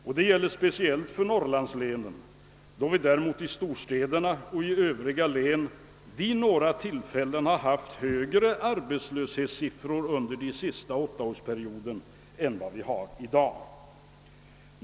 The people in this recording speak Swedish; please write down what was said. Detta gäller speciellt för norrlandslänen; i storstäderna och i övriga län har vi vid några tillfällen under den sista åttaårsperioden haft högre arbetslöshetssiffror än i dag.